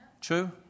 True